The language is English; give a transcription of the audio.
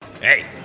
Hey